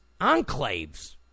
enclaves